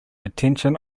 attention